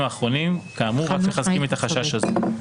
האחרונים כאמור רק מחזקים את החשש הזה.